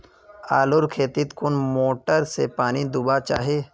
आलूर खेतीत कुन मोटर से पानी दुबा चही?